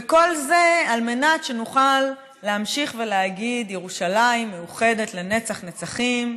וכל זה על מנת שנוכל להמשיך ולהגיד: ירושלים מאוחדת לנצח נצחים,